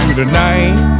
tonight